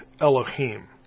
Elohim